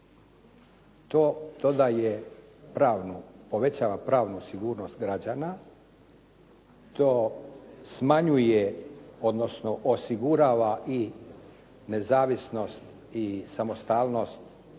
povećava pravnu sigurnost građana, to smanjuje, odnosno osigurava i nezavisnost i samostalnost postupanja